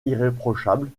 irréprochable